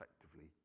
effectively